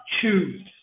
choose